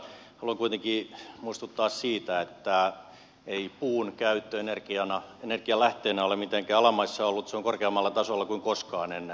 haluan kuitenkin muistuttaa siitä että ei puun käyttö energianlähteenä ole mitenkään alamaissa ollut se on korkeammalla tasolla kuin koskaan ennen